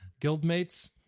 guildmates